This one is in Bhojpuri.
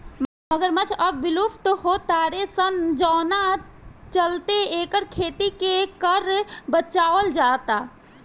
मगरमच्छ अब विलुप्त हो तारे सन जवना चलते एकर खेती के कर बचावल जाता